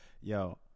Yo